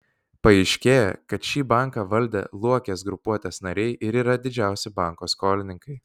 paaiškėja kad šį banką valdę luokės grupuotės nariai ir yra didžiausi banko skolininkai